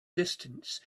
distance